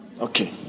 Okay